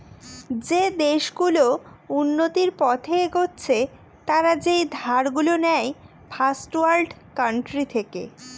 যে দেশ গুলো উন্নতির পথে এগচ্ছে তারা যেই ধার গুলো নেয় ফার্স্ট ওয়ার্ল্ড কান্ট্রি থেকে